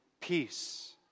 peace